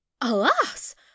Alas